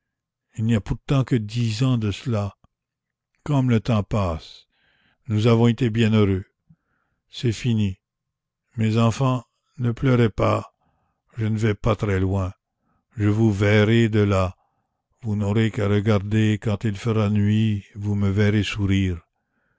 il n'y a pourtant que dix ans de cela comme le temps passe nous avons été bien heureux c'est fini mes enfants ne pleurez pas je ne vais pas très loin je vous verrai de là vous n'aurez qu'à regarder quand il fera nuit vous me verrez sourire